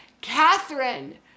Catherine